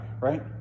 Right